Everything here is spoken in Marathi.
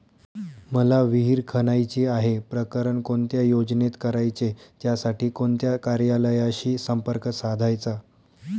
मला विहिर खणायची आहे, प्रकरण कोणत्या योजनेत करायचे त्यासाठी कोणत्या कार्यालयाशी संपर्क साधायचा?